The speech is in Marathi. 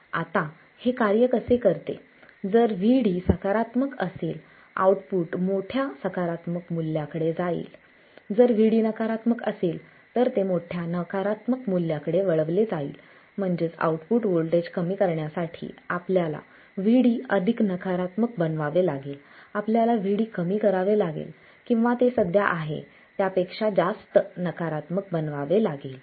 आता हे कसे कार्य करते जर Vd सकारात्मक असेल आउटपुट मोठ्या सकारात्मक मूल्याकडे जाईल जर Vd नकारात्मक असेल तर ते मोठ्या नकारात्मक मूल्याकडे वळविले जाईल म्हणजे आउटपुट व्होल्टेज कमी करण्यासाठी आपल्याला Vd अधिक नकारात्मक बनवावे लागेल आपल्याला Vd कमी करावे लागेल किंवा ते सध्या आहे त्यापेक्षा जास्त नकारात्मक बनवावे लागेल